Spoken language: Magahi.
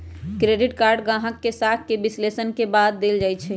क्रेडिट कार्ड गाहक के साख के विश्लेषण के बाद देल जाइ छइ